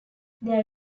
there